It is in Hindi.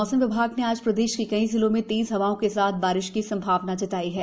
मौसम विभाग ने आज प्रदेश के कई जिलों में तेज हवाओं के साथ बारिश की संभावना जताई है